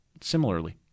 similarly